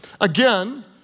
Again